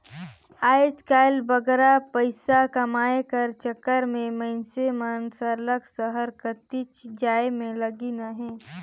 आएज काएल बगरा पइसा कमाए कर चक्कर में मइनसे मन सरलग सहर कतिच जाए में लगिन अहें